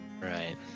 Right